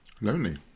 Lonely